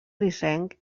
grisenc